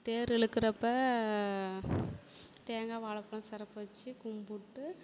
தேர் இழுக்குறப்ப தேங்காய் வாழைப் பழம் சிறப்பு வச்சி கும்பிட்டு